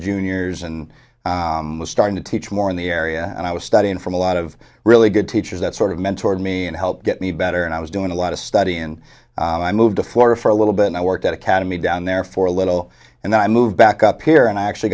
juniors and i was starting to teach more in the area and i was studying from a lot of really good teachers that sort of mentor me and helped get me better and i was doing a lot of study and i moved to florida for a little bit and i worked at academy down there for a little and then i moved back up here and i actually